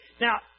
Now